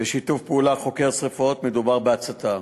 בשיתוף פעולה של חוקר שרפות, מדובר בהצתה.